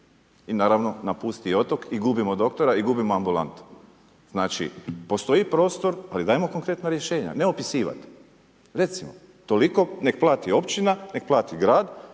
I naravno napusti otok i gubimo doktora i gubimo ambulantu. Znači postoji prostor, ali dajmo konkretna rješenja, ne opisivat, recimo toliko nek plati općina, nek plati grad,